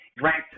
ranked